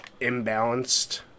imbalanced